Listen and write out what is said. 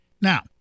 Now